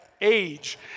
age